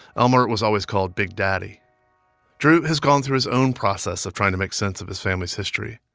elmer was always called big daddy drew has gone through his own process of trying to make sense of his family's history.